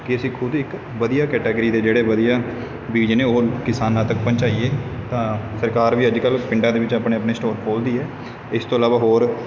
ਕਿ ਅਸੀਂ ਖੁਦ ਇੱਕ ਵਧੀਆ ਕੈਟਾਗਰੀ ਦੇ ਜਿਹੜੇ ਵਧੀਆ ਬੀਜ ਨੇ ਉਹ ਕਿਸਾਨਾਂ ਤੱਕ ਪਹੁੰਚਾਈਏ ਤਾਂ ਸਰਕਾਰ ਵੀ ਅੱਜ ਕੱਲ ਪਿੰਡਾਂ ਦੇ ਵਿੱਚ ਆਪਣੇ ਆਪਣੇ ਸਟੋਰ ਖੋਲ੍ਹਦੀ ਹੈ ਇਸ ਤੋਂ ਇਲਾਵਾ ਹੋਰ